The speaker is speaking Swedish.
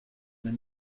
med